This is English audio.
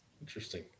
Interesting